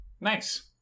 Nice